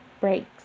breaks